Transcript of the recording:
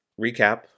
recap